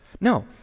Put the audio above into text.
No